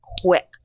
quick